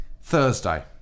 Thursday